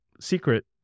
secret